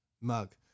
mug